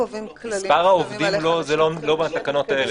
מספר העובדים זה לא בתקנות האלה.